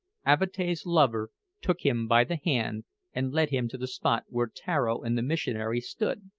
avatea's lover took him by the hand and led him to the spot where tararo and the missionary stood,